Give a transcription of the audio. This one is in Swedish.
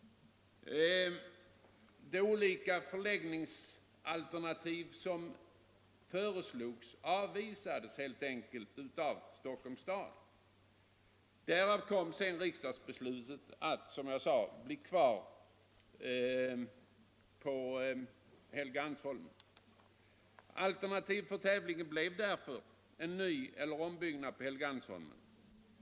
De olika förläggningsalternativ som föreslogs avvisades helt enkelt av Stockholms kommun, och därför fattades riksdagsbeslutet att, som jag sade, riksdagen skulle bli kvar på Helgeandsholmen. Alternativet för tävlingen blev därför nyeller ombyggnad på Helgeandsholmen.